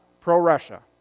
pro-Russia